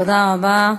תודה רבה.